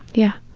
yeah.